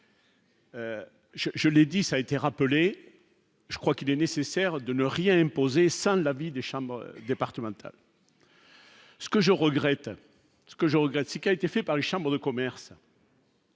Je l'ai dit, ça a été rappelé, je crois qu'il est nécessaire de ne rien imposer sa la vie des chambres départementales. Ce que je regrette, ce que je regrette, ce qui a été fait par la chambre de commerce.